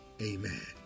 amen